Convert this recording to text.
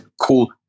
Cool